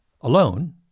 alone